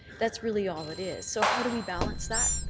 that's really all it is. so how do we balance that?